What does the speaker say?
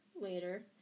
later